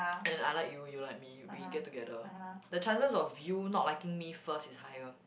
and I like you you like me we get together the chances of you not liking me first is higher